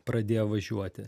pradėjo važiuoti